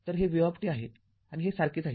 तर हे Vआहे आणि हे सारखेच आहे